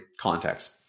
context